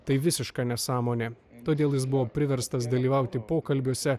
tai visiška nesąmonė todėl jis buvo priverstas dalyvauti pokalbiuose